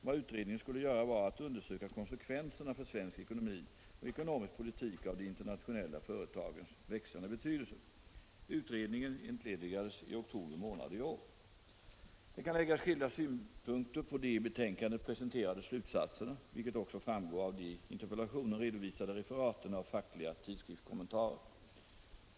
Vad utredningen skulle göra var att undersöka konsekvenserna för svensk ekonomi och ekonomisk politik av de internationella företagens växande betydelse. Utredningen entledigades i oktober månad i år. Det kan läggas skilda synpunkter på de i betänkandet presenterade slutsatserna, vilket också framgår av de i interpellationen redovisade referaten av fackliga tidskriftskommentarer.